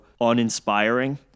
uninspiring